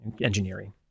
engineering